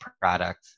product